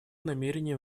намерение